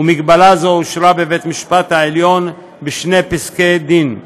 ומגבלה זו אושרה בבית המשפט העליון בשני פסקי דין.